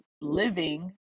living